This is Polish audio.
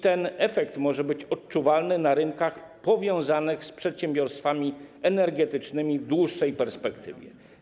Ten efekt może być odczuwalny na rynkach powiązanych z przedsiębiorstwami energetycznymi w dłuższej perspektywie.